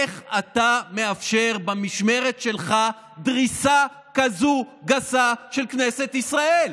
איך אתה מאפשר במשמרת שלך דריסה כזו גסה של כנסת ישראל?